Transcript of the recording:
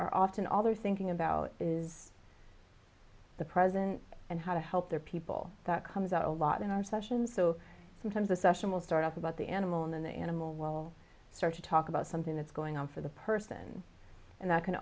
are often all they're thinking about is the present and how to help their people that comes out a lot in our sessions so sometimes a session will start up about the animal and then the animal will start to talk about something that's going on for the person and that can